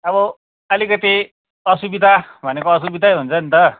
अब अलिकति असुविधा भनेको असुविधै हुन्छ नि त